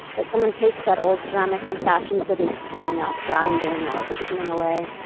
but someone takes that old ceramic and fashions it into something else, grinding or chiselling away,